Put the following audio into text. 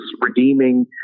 redeeming